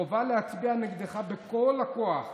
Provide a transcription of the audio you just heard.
חובה להצביע נגדך בכל הכוח.